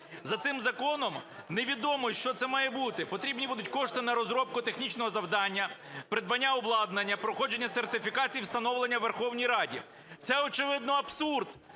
За цим законом невідомо, що це має бути, потрібні будуть кошти на розробки технічного завдання, придбання обладнання, проходження сертифікації і встановлення у Верховній Раді. Це, очевидно, абсурд,